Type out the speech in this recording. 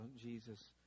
Jesus